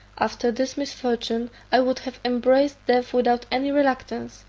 after this misfortune i would have embraced death without any reluctance,